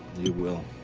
you will.